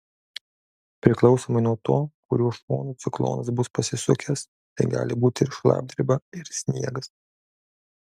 priklausomai nuo to kuriuo šonu ciklonas bus pasisukęs tai gali būti ir šlapdriba ir sniegas